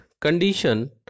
condition